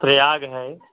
प्रयाग हैं